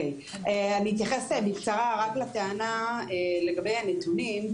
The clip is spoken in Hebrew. אתייחס בקצרה רק לטענה לגבי הנתונים.